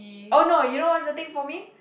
oh no you know what's the thing for me